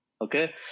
Okay